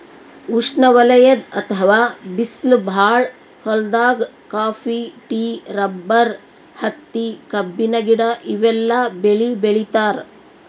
ಉಷ್ಣವಲಯದ್ ಅಥವಾ ಬಿಸ್ಲ್ ಭಾಳ್ ಹೊಲ್ದಾಗ ಕಾಫಿ, ಟೀ, ರಬ್ಬರ್, ಹತ್ತಿ, ಕಬ್ಬಿನ ಗಿಡ ಇವೆಲ್ಲ ಬೆಳಿ ಬೆಳಿತಾರ್